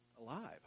alive